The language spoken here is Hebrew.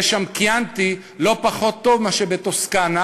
יש שם קיאנטי לא פחות טוב מאשר בטוסקנה,